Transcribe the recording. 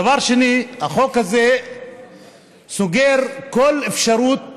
דבר שני, החוק הזה סוגר כל אפשרות